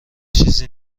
چیزی